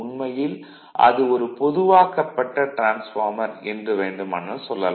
உண்மையில் அது ஒரு பொதுவாக்கப்பட்ட டிரான்ஸ்பார்மர் என்று வேண்டுமானால் சொல்லலாம்